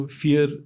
fear